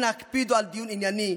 אנא הקפידו על דיון ענייני,